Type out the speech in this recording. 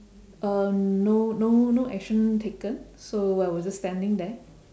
uh no no no action taken so I was just standing there